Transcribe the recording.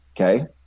Okay